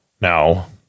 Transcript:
Now